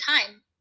time